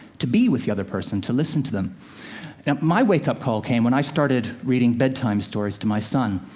to be with the other person, to listen to them. and my wake-up call came when i started reading bedtime stories to my son,